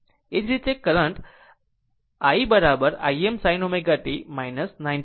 એ જ રીતે અહીં current Im sin ω t 90 o